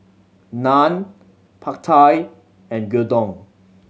Naan Pad Thai and Gyudon